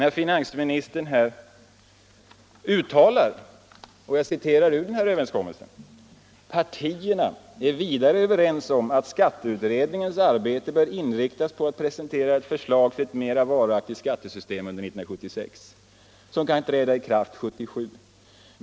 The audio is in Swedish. I skatteöverenskommelsen uttalade herr Sträng: ”Partierna är vidare överens om att skatteutredningens arbete bör inriktas på att presentera ett förslag till ett mera varaktigt skattesystem under 1976, som kan träda i kraft 1977.